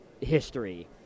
history